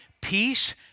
peace